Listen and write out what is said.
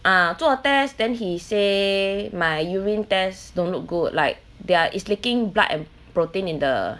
ah 做 test then he say my urine test don't look good like there is leaking blood and protein in the